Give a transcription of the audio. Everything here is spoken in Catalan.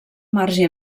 marge